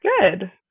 good